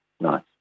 nice